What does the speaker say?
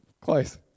Close